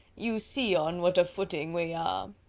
you see on what a footing we are.